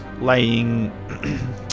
laying